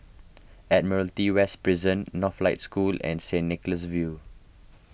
Admiralty West Prison Northlight School and Saint Nicholas View